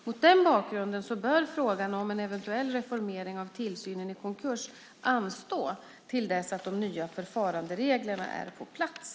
Mot denna bakgrund bör frågan om en eventuell reformering av tillsynen i konkurs anstå till dess de nya förfarandereglerna är på plats.